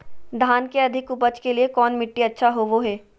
धान के अधिक उपज के लिऐ कौन मट्टी अच्छा होबो है?